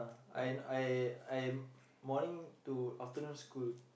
I I I morning to afternoon school